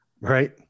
Right